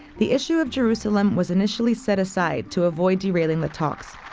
the issue of jerusalem was initially set aside to avoid derailing the talks.